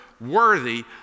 worthy